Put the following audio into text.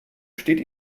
steht